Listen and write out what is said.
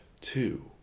two